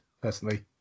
personally